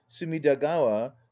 Sumidagawa